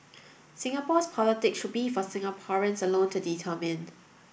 Singapore's politics should be for Singaporeans alone to determine